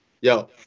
Yo